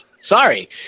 Sorry